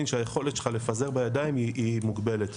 שהיכולת שלך לפזר בידיים היא מוגבלת.